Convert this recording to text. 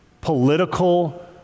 political